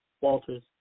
Walters